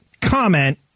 comment